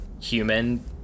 human